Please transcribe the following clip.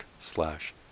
slash